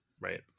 right